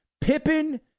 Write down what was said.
Pippen